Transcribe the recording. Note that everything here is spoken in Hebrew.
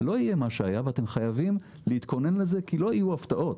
לא יהיה מה שהיה ואתם חייבים להתכונן לזה כי לא יהיו הפתעות.